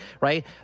right